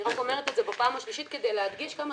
אני אומרת את זה בפעם השלישית כדי להדגיש כמה